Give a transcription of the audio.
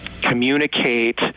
communicate